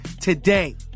today